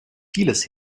vieles